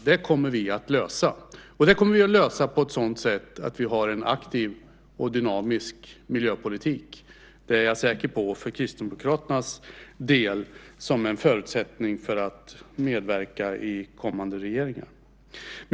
Det här kommer vi att lösa. Det kommer vi att lösa på ett sådant vis att vi har en aktiv och dynamisk miljöpolitik. Det är jag säker på. För Kristdemokraternas del är det en förutsättning för att medverka i kommande regeringar.